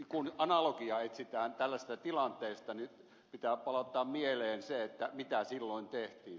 kun analogiaa etsitään tällaisesta tilanteesta niin pitää palauttaa mieleen se mitä silloin tehtiin